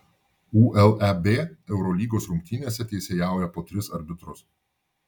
uleb eurolygos rungtynėse teisėjauja po tris arbitrus